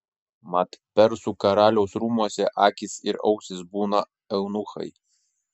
mat persų karaliaus rūmuose akys ir ausys būna eunuchai